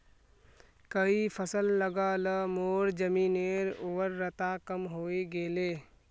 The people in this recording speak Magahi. कई फसल लगा ल मोर जमीनेर उर्वरता कम हई गेले